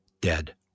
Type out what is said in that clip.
dead